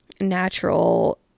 natural